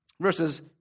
verses